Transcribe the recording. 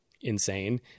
insane